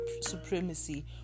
supremacy